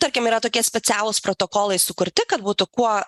tarkim yra tokie specialūs protokolai sukurti kad būtų kuo